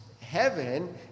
Heaven